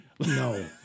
no